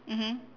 mmhmm